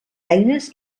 eines